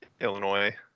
Illinois